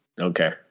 Okay